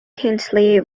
kingsley